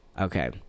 Okay